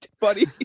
buddy